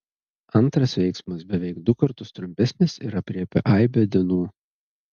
antras veiksmas beveik du kartus trumpesnis ir aprėpia aibę dienų